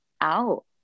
out